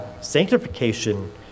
sanctification